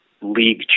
league